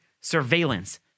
surveillance